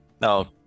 No